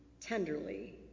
tenderly